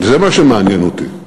זה מה שמעניין אותי.